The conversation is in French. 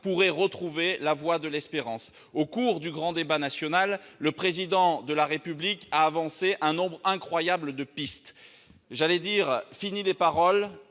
de retrouver la voie de l'espérance. Au cours du grand débat national, le Président de la République a avancé un nombre incroyable de pistes. J'ai envie de dire : finies les paroles,